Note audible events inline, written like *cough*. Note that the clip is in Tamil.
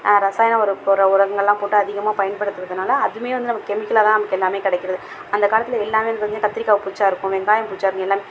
ரசாயன உரம் போடுற உரங்களாம் போட்டு அதிகமாக பயன்படுத்துறதுனால் அதுவுமே வந்து நமக்கு கெமிக்கலாகதான் நமக்கு எல்லாமே கிடைக்கிறது அந்த காலத்தில் எல்லாமே வந்து *unintelligible* கத்திரிக்காய் பூச்சா இருக்கும் வெங்காயம் பூச்சா இருக்கும் எல்லாமே